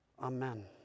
Amen